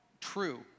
true